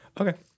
Okay